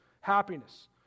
happiness